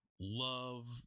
love